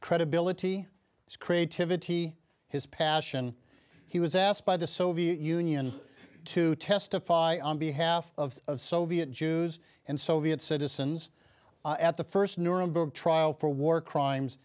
credibility creativity his passion he was asked by the soviet union to testify on behalf of soviet jews and soviet citizens at the first nuremberg trial for war crimes